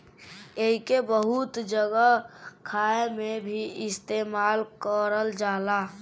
एइके बहुत जगह खाए मे भी इस्तेमाल करल जाला